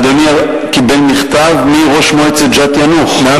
אדוני קיבל מכתב מראש מועצת יאנוח-ג'ת.